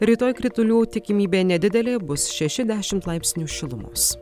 rytoj kritulių tikimybė nedidelė bus šeši dešimt laipsnių šilumos